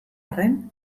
arren